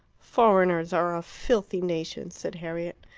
foreigners are a filthy nation, said harriet.